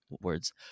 words